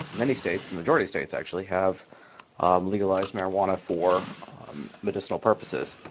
many states, the majority states actually have um legalized marijuana for medicinal purposes.